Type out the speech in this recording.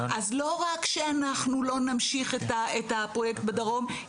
אז לא רק שאנחנו לא נמשיך את הפרויקט בדרום,